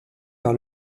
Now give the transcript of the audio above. par